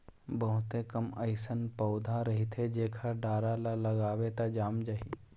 बहुते कम अइसन पउधा रहिथे जेखर डारा ल लगाबे त जाम जाही